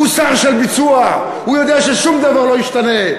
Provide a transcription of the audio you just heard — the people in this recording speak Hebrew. הוא שר של ביצוע, הוא יודע ששום דבר לא ישתנה.